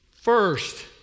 first